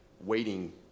waiting